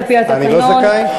על-פי התקנון,